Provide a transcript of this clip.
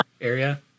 area